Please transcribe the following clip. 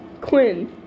Quinn